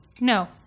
No